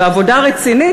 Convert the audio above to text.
בעבודה רצינית,